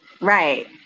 Right